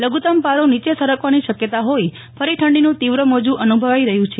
લધુતમ પારો નીચે સરકવાની શકયતા ફોઈ ફરી ઠંડીનું તિવ્ર મોજુ અનુભવાઈ રહ્યુ છે